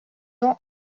gens